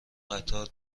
قطار